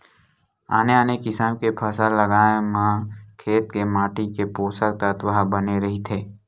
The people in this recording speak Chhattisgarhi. आने आने किसम के फसल लगाए म खेत के माटी के पोसक तत्व ह बने रहिथे